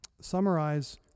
summarize